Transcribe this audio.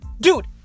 Dude